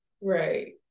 right